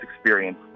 experience